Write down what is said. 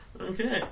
Okay